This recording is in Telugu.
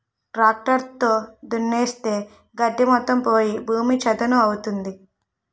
ట్రాక్టర్ తో దున్నిస్తే గడ్డి మొత్తం పోయి భూమి చదును అవుతుంది